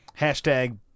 hashtag